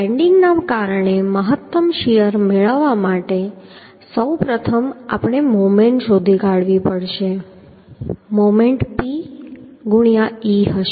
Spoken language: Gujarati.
બેન્ડિંગને કારણે મહત્તમ શીયર મેળવવા માટે સૌપ્રથમ આપણે મોમેન્ટ શોધી કાઢવી પડશે મોમેન્ટ P ગુણ્યા e હશે